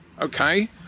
okay